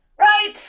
Right